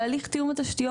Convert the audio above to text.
בהליך תיאום התשתיות.